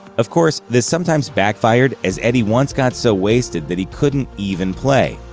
of course, this sometimes backfired, as eddie once got so wasted that he couldn't even play.